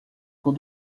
com